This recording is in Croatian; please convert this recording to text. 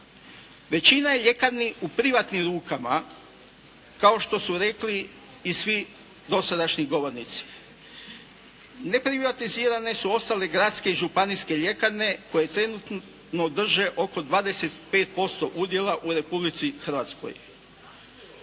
Većina je ljekarni u privatnim rukama kao što su rekli i svi dosadašnji govornici. Neprivatizirane su ostale gradske i županijske ljekarne koje trenutno drže oko 25% udjela u Republici Hrvatskoj.